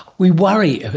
we worry,